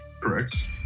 Correct